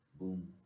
boom